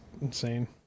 insane